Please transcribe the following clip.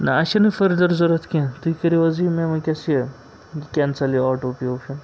نہ اَسہِ چھَنہٕ فٔردَر ضوٚرَتھ کیٚنٛہہ تُہۍ کٔرِو حظ یہِ مےٚ وٕنۍکٮ۪س یہِ یہِ کٮ۪نسَل یہِ آٹو پے اوپشَن